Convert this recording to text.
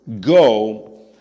Go